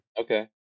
Okay